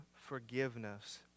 forgiveness